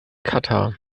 katar